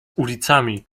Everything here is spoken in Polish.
ulicami